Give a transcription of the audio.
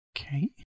Okay